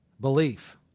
belief